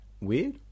weird